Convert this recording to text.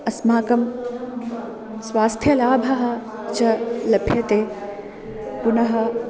अस्माकं स्वास्थ्यलाभः च लभ्यते पुनः